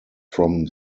from